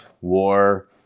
war